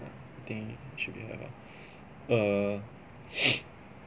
ya I think should be hsve lah err